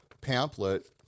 pamphlet